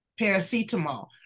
Paracetamol